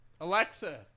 Alexa